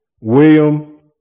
William